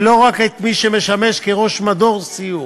ולא רק את מי שמשמש כראש מדור סיור.